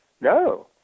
No